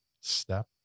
Step